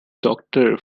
doctor